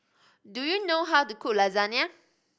do you know how to cook Lasagna